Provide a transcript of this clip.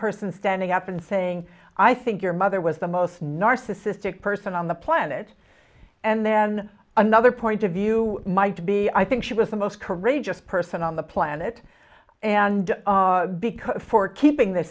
person standing up and saying i think your mother was the most narcissistic person on the planet and then another point of view might be i think she was the most courageous person on the planet and because for keeping the